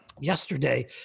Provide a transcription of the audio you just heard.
yesterday